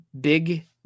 big